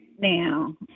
Now